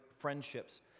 friendships